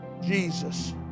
Jesus